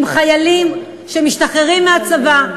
חיילים שמשתחררים מהצבא,